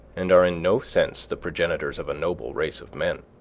and are in no sense the progenitors of a noble race of men.